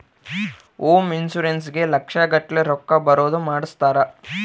home insurance ಗೇ ಲಕ್ಷ ಗಟ್ಲೇ ರೊಕ್ಕ ಬರೋದ ಮಾಡ್ಸಿರ್ತಾರ